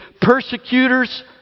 persecutors